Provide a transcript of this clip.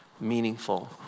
meaningful